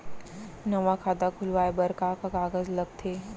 नवा खाता खुलवाए बर का का कागज लगथे?